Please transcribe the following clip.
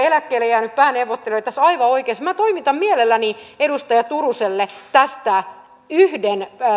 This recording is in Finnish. eläkkeelle jäänyt pääneuvottelija oli tässä aivan oikeassa toimitan mielelläni edustaja turuselle tästä yhden